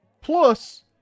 Plus